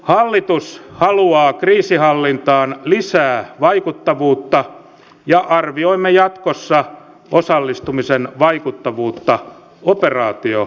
hallitus haluaa kriisinhallintaan lisää vaikuttavuutta ja arvioimme jatkossa osallistumisen vaikuttavuutta operaatiokohtaisesti